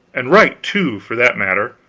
and write, too, for that matter.